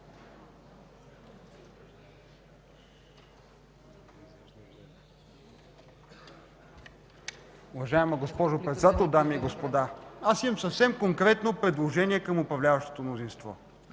Уважаема госпожо Председател, дами и господа! Имам съвсем конкретно предложение към управляващото мнозинство.